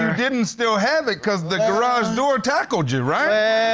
didn't still have it cause the garage door tackled you, right?